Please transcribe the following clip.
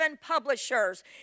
publishers